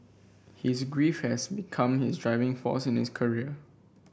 his grief had become his driving force in his career